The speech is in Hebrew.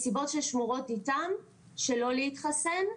מסיבות ששמורות איתם שלא להתחסן.